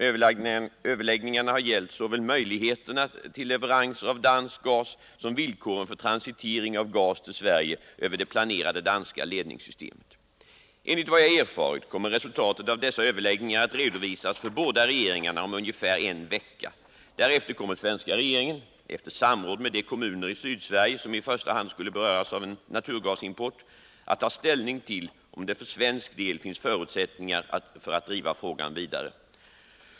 Överläggningarna har gällt såväl möjligheterna till leveranser av dansk gas som villkoren för transitering av gas till Sverige över det planerade danska ledningssystemet. Enligt vad jag erfarit kommer resultatet av dessa överläggningar att redovisas för båda regeringarna om ungefär en vecka. Därefter kommer den svenska regeringen, efter samråd med de kommuner i Sydsverige som i första hand skulle beröras av en naturgasimport, att ta ställning till om det för svensk del finns förutsättningar för att driva frågan vidare.